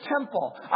temple